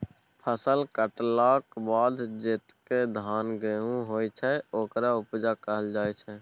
फसल कटलाक बाद जतेक धान गहुम होइ छै ओकरा उपजा कहल जाइ छै